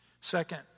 Second